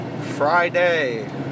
Friday